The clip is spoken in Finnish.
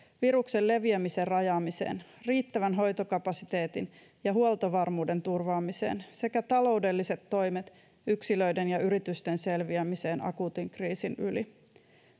viruksen leviämisen rajaamiseen ja riittävän hoitokapasiteetin ja huoltovarmuuden turvaamiseen sekä taloudelliset toimet yksilöiden ja yritysten selviämiseen akuutin kriisin yli